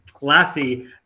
Lassie